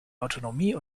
autonomie